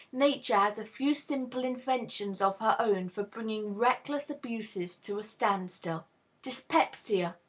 nature has a few simple inventions of her own for bringing reckless abuses to a stand-still dyspepsia,